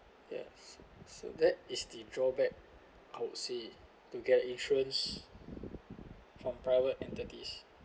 yes so that is the drawback I would say to get insurance from private entities